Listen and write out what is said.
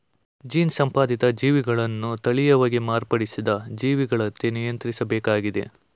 gene ಸಂಪಾದಿತ ಜೀವಿಗಳನ್ನ ತಳೀಯವಾಗಿ ಮಾರ್ಪಡಿಸಿದ ಜೀವಿಗಳಂತೆ ನಿಯಂತ್ರಿಸ್ಬೇಕಾಗಿದೆ